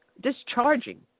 discharging